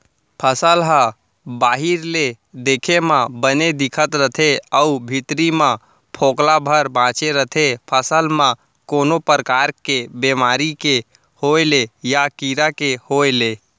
फसल ह बाहिर ले देखे म बने दिखत रथे अउ भीतरी म फोकला भर बांचे रथे फसल म कोनो परकार के बेमारी के होय ले या कीरा के होय ले